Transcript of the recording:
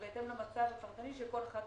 ובהתאם למצב הפרטני של כל אחד מהעסקים.